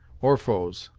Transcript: or foes.